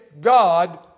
God